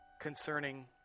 concerning